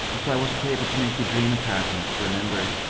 and so i wasn't able to make you dream it hard enough to remember it.